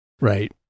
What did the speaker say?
Right